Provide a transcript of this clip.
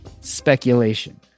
speculation